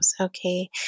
okay